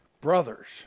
brothers